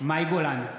מאי גולן,